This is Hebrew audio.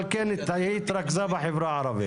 על כל היא התרכזה בחברה הערבית,